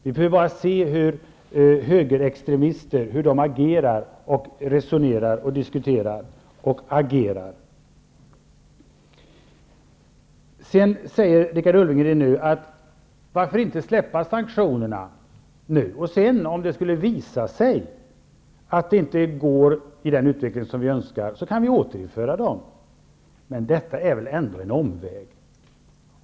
Vi behöver bara se hur högerextremisterna resonerar, diskuterar och agerar. Richard Ulfvengren säger att vi skall släppa sanktionerna nu, och om det skulle visa sig att utvecklingen inte går i den riktning som vi önskar skall vi återinföra dem. Det är väl en omväg.